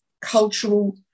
cultural